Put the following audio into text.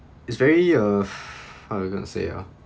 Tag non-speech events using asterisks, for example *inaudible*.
it's very uh *breath* how you going to say ah